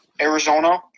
Arizona